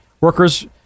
workers